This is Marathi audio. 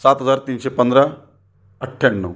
सात हजार तीनशे पंधरा अठ्ठ्याण्णव